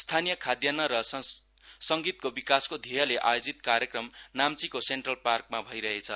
स्थानीय खाद्यान्न र संगितको विकासको ध्येयले आयोजित कार्यक्रम नाम्चीको सेन्ट्रल पार्कमा भइरहेछ